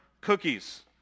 cookies